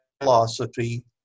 philosophy